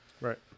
Right